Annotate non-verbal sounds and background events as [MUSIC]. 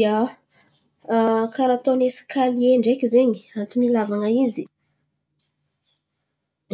Ia, [HESITATION] karà ataony esikalie ndreky zen̈y, antony ilàvan̈a izy